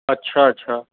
अछा अछा